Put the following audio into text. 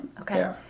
Okay